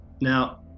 Now